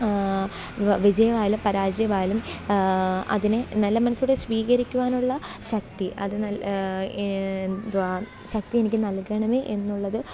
V വിജയമായാലും പരാജയമായാലും അതിനെ നല്ല മനസ്സോടെ സ്വീകരിക്കുവാനുള്ള ശക്തി അത് നല്ല എന്തുവാ ശക്തി എനിക്ക് നല്കേണമേ എന്നുള്ളത്